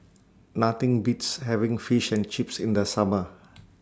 Nothing Beats having Fish and Chips in The Summer